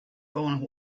gone